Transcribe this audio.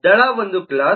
ದಳ ಒಂದು ಕ್ಲಾಸ್